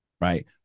Right